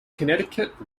connecticut